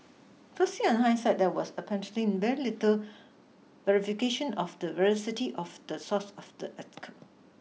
firstly on hindsight there was apparently very little verification of the veracity of the source of the article